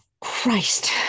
Christ